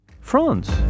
France